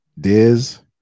Diz